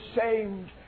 shamed